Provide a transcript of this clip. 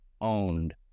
owned